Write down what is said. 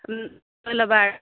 ল'বা